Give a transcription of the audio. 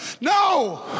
no